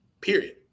period